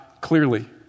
clearly